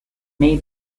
may